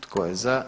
Tko je za?